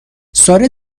ساره